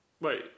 wait